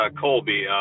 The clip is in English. Colby